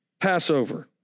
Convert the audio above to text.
Passover